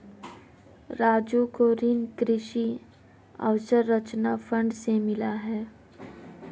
राजू को ऋण कृषि अवसंरचना फंड से मिला है